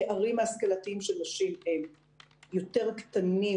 הפערים ההשכלתיים של נשים הם יותר קטנים,